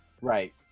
Right